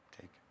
take